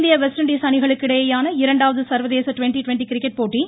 இந்திய West Indies அணிகளுக்கு இடையேயான இரண்டாவது சர்வதேச ட்வெண்ட்டி ட்வெண்ட்டி கிரிக்கெட் போட்டி